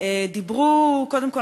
קודם כול,